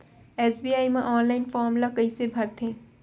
SBI म online form ल कइसे भरथे?